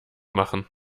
machen